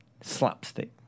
slapstick